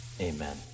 Amen